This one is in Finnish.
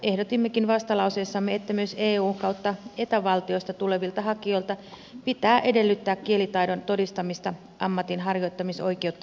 ehdotimmekin vastalauseessamme että myös eu tai eta valtioista tulevilta hakijoilta pitää edellyttää kielitaidon todistamista ammatinharjoittamisoikeutta myönnettäessä